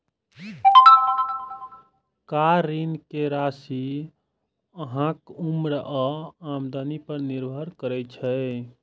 car ऋण के राशि अहांक उम्र आ आमदनी पर निर्भर करै छै